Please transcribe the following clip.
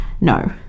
No